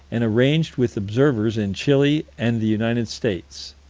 and arranged with observers in chili and the united states.